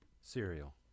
Cereal